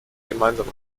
gemeinsam